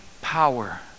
power